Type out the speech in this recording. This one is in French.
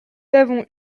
avons